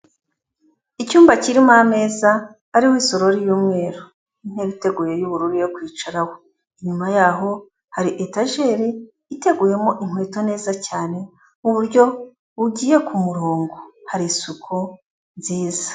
Icyumba kirimo ameza ariho isorori y'umweru, intebe iteguye y'ubururu yo kwicaraho, inyuma yaho hari etajeri iteguyemo inkweto neza cyane mu buryo bugiye ku murongo, hari isuku nziza.